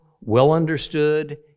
well-understood